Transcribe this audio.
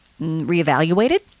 reevaluated